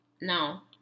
Now